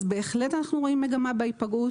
בהחלט אנחנו רואים מגמה בהיפגעות.